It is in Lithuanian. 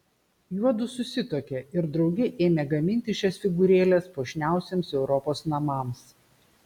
juodu susituokė ir drauge ėmė gaminti šias figūrėles puošniausiems europos namams